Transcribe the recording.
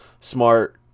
smart